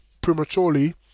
prematurely